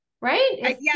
right